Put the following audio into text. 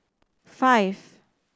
five